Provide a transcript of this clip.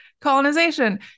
colonization